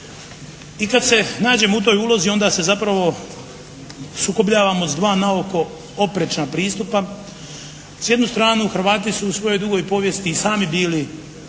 I kad se nađemo u toj ulozi onda se zapravo sukobljavamo s dva naoko oprečna pristupa. S jednu stranu Hrvati su u svojoj dugoj povijesti i sami bili emigranti